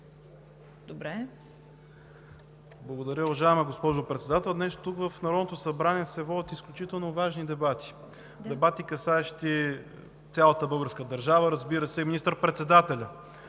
Благодаря. Уважаема госпожо Председател, днес тук, в Народното събрание, се водят изключително важни дебати, касаещи цялата българска държава, разбира се, и министър-председателя.